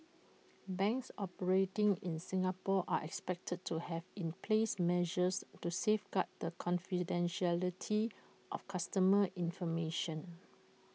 banks operating in Singapore are expected to have in place measures to safeguard the confidentiality of customer information